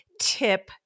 Tip